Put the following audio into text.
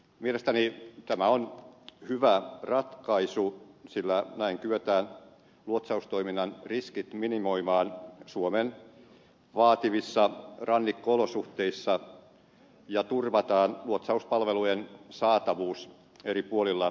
mielestäni tämä on hyvä ratkaisu sillä näin kyetään luotsaustoiminnan riskit minimoimaan suomen vaativissa rannikko olosuhteissa ja turvataan luotsauspalvelujen saatavuus eri puolilla suomea